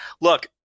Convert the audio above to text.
Look